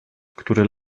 który